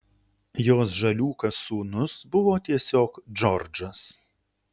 jos žaliūkas sūnus buvo tiesiog džordžas